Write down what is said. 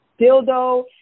dildo